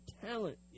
talent